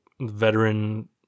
veteran